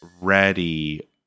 ready